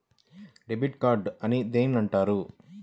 Debit card అని దేనిని అంటారు?